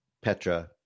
petra